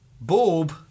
Bob